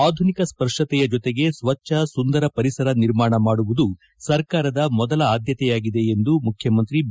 ಆಧುನಿಕ ಸ್ಪರ್ಶತೆಯ ಜೊತೆಗೆ ಸ್ವಜ್ಞ ಸುಂದರ ಪರಿಸರ ನಿರ್ಮಾಣ ಮಾಡುವುದು ಸರ್ಕಾರದ ಮೊದಲ ಆದ್ದತೆ ಆಗಿದೆ ಎಂದು ಮುಖ್ಯಮಂತ್ರಿ ಬಿ